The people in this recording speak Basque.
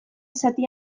zati